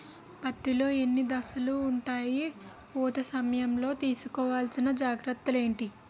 పత్తి లో ఎన్ని దశలు ఉంటాయి? పూత సమయం లో తీసుకోవల్సిన జాగ్రత్తలు ఏంటి?